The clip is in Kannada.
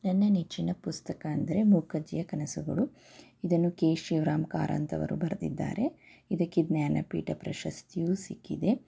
ನನ್ನ ನೆಚ್ಚಿನ ಪುಸ್ತಕ ಅಂದರೆ ಮೂಕಜ್ಜಿಯ ಕನಸುಗಳು ಇದನ್ನು ಕೆ ಶಿವರಾಮ್ ಕಾರಂತ್ ಅವರು ಬರೆದಿದ್ದಾರೆ ಇದಕ್ಕೆ ಜ್ಞಾನಪೀಠ ಪ್ರಶಸ್ತಿಯೂ ಸಿಕ್ಕಿದೆ